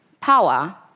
power